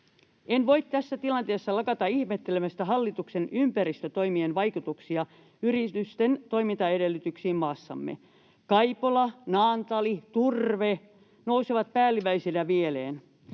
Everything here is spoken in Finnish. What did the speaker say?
En voi tässä tilanteessa lakata ihmettelemästä hallituksen ympäristötoimien vaikutuksia yritysten toimintaedellytyksiin maassamme. Kaipola, Naantali, turve nousevat päällimmäisinä mieleen.